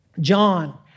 John